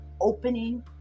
opening